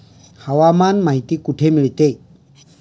हवामान माहिती कुठे मिळते?